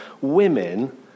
women